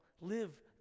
Live